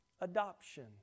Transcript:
adoption